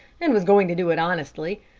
and was going to do it honestly,